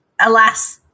alas